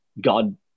god